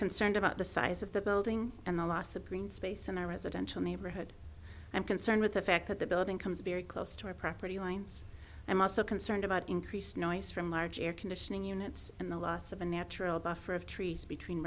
concerned about the size of the building and the loss of green space in our residential neighborhood i'm concerned with the fact that the building comes very close to our property lines i'm also concerned about increased noise from large air conditioning units and the loss of a natural buffer of trees between